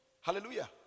Hallelujah